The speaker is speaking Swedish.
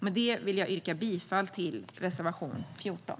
Med det vill jag yrka bifall till reservation 14.